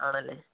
ആണല്ലേ